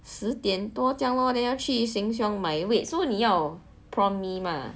十点多这样 lor then 要去 sheng siong 买 wait so 你要 prawn mee mah